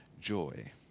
joy